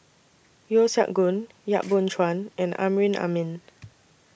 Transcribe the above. Yeo Siak Goon Yap Boon Chuan and Amrin Amin